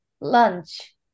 lunch